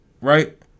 Right